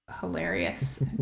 hilarious